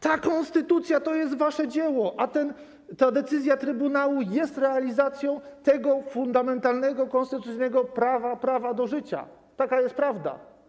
Ta konstytucja to jest wasze dzieło, a ta decyzja trybunału jest realizacją tego fundamentalnego, konstytucyjnego prawa, prawa do życia, taka jest prawda.